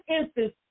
instance